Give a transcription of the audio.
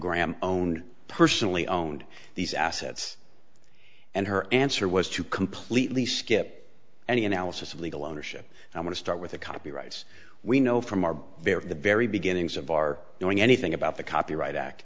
graham own personally owned these assets and her answer was to completely skip any analysis of legal ownership and i want to start with the copyrights we know from our very the very beginnings of our knowing anything about the copyright act